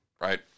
right